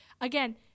again